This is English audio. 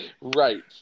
right